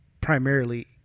Primarily